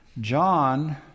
John